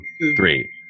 three